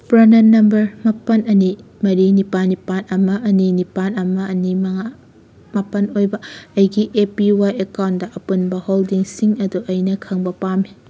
ꯄ꯭ꯔꯅ number ꯃꯥꯄꯜ ꯑꯅꯤ ꯃꯔꯤ ꯅꯤꯄꯥꯜ ꯅꯤꯄꯥꯜ ꯑꯃ ꯑꯅꯤ ꯅꯤꯄꯥꯜ ꯑꯃ ꯑꯅꯤ ꯃꯉꯥ ꯃꯥꯄꯜ ꯑꯣꯏꯕ ꯑꯩꯒꯤ ꯑꯦ ꯄꯤ ꯌꯥꯏ ꯑꯦꯀꯥꯎꯟꯗ ꯑꯄꯨꯟꯕ ꯍꯣꯜꯗꯤꯡꯁꯤꯡ ꯑꯗꯨ ꯑꯩꯅ ꯈꯪꯕ ꯄꯥꯝꯃꯤ